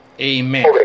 amen